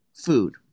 food